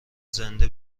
زنده